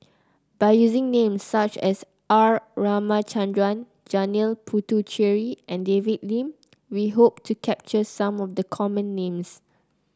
by using names such as R Ramachandran Janil Puthucheary and David Lim we hope to capture some of the common names